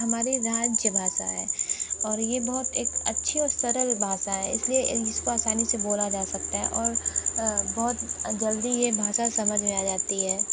हमारी राज्य भाषा है और यह बहुत एक अच्छी और सरल भाषा है इसलिए इसको आसानी से बोला जा सकता है और बहुत जल्दी यह भाषा समझ में आ जाती है